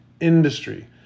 industry